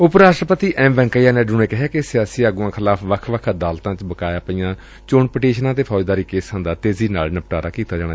ਉਪ ਰਾਸਟਰਪਤੀ ਐਮ ਵੈਂਕਈਆ ਨਾਇਡੁ ਨੇ ਕਿਹੈ ਕਿ ਸਿਆਸੀ ਆਗੁਆਂ ਖਿਲਾਫ਼ ਵੱਖ ਵੱਖ ਅਦਾਲਤਾਂ ਵਿਚ ਬਕਾਇਆ ਪਈਆਂ ਚੋਣ ਪਟੀਸ਼ਨਾਂ ਅਤੇ ਫੌਜਦਾਰੀ ਕੇਸਾਂ ਦਾ ਤੇਜ਼ੀ ਨਾਲ ਨਿਪਟਾਰਾ ਕੀਤਾ ਜਾਵੇ